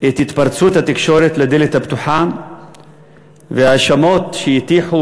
את התפרצות התקשורת לדלת הפתוחה וההאשמות שהטיחו